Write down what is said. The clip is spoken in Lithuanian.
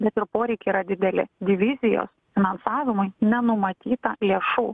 bet ir poreikiai yra dideli divizijos finansavimui nenumatyta lėšų